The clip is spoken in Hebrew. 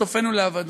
סופנו להגיע לאבדון.